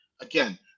again